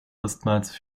erstmals